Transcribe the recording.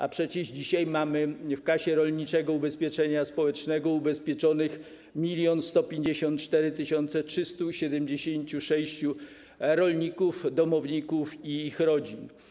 A przecież dzisiaj mamy w Kasie Rolniczego Ubezpieczenia Społecznego ubezpieczonych 1 154 376 rolników, domowników i ich rodzin.